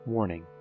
Warning